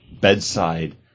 bedside